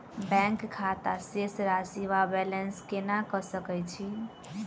Bank खाता शेष राशि वा बैलेंस केना कऽ सकय छी?